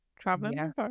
traveling